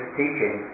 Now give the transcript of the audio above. teaching